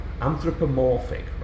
Anthropomorphic